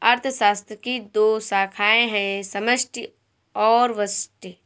अर्थशास्त्र की दो शाखाए है समष्टि और व्यष्टि